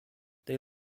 they